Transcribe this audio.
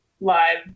live